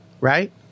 right